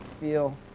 feel